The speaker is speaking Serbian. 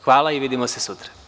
Hvala i vidimo se sutra.